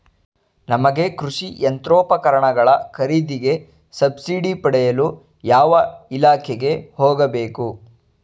ನಮಗೆ ಕೃಷಿ ಯಂತ್ರೋಪಕರಣಗಳ ಖರೀದಿಗೆ ಸಬ್ಸಿಡಿ ಪಡೆಯಲು ಯಾವ ಇಲಾಖೆಗೆ ಹೋಗಬೇಕು?